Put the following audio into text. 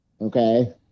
Okay